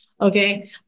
okay